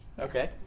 Okay